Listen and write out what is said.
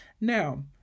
Now